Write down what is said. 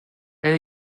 est